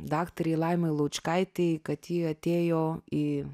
daktarei laimai laučkaitei kad ji atėjo į